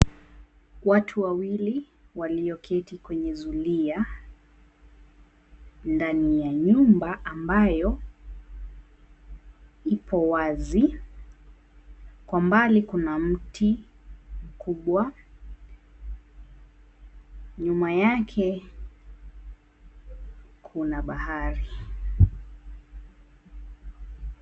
Watu wawili walioketi kwenye zulia ndani ya nyumba ambayo ipo wazi, kwa mbali kuna mti kubwa nyuma yake kuna bahari.